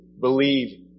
believe